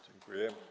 Dziękuję.